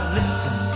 listen